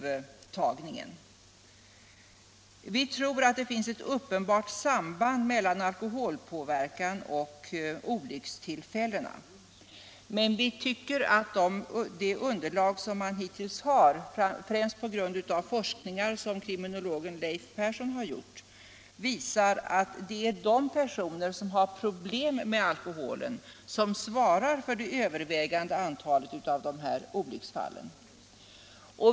17 december 1976 Det finns ett uppenbart samband mellan alkoholpåverkan och trafik= I olyckor. Men det underlag som man hittills har, främst grundat på forsk — Alkoholutandningsningar av kriminologen Leif Persson, visar att det är de personer som = prov har problem med alkoholen som svarar för det övervägande antalet av dessa olycksfall.